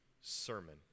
sermon